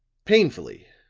painfully,